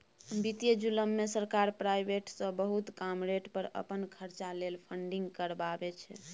बित्तीय जुलुम मे सरकार प्राइबेट सँ बहुत कम रेट पर अपन खरचा लेल फंडिंग करबाबै छै